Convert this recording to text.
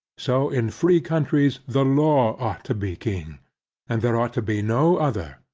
so in free countries the law ought to be king and there ought to be no other.